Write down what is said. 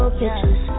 pictures